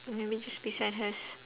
you make this person has